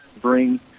bring